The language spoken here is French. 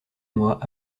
mois